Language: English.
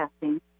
testing